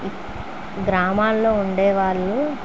గ్రామాలలో ఉండే వాళ్ళు